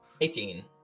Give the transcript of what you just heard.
Eighteen